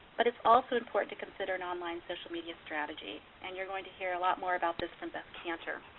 but it's also important to consider an online social media strategy. and you're going to hear a lot more about this from beth kanter,